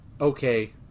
okay